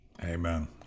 Amen